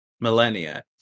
millennia